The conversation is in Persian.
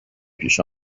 پیش